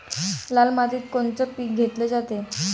लाल मातीत कोनचं पीक घेतलं जाते?